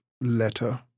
letter